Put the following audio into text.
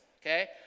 Okay